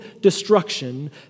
destruction